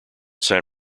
san